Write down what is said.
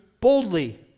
boldly